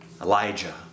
Elijah